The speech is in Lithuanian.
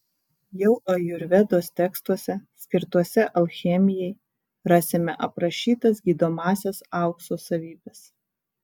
jau ajurvedos tekstuose skirtuose alchemijai rasime aprašytas gydomąsias aukso savybes